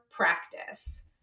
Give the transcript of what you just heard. Practice